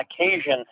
occasion